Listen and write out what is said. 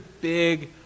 big